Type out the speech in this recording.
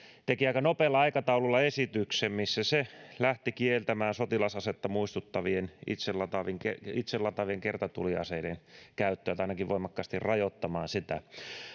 teki aika nopealla aikataululla esityksen missä se lähti kieltämään sotilasasetta muistuttavien itselataavien kertatuli aseiden käyttöä tai ainakin voimakkaasti rajoittamaan sitä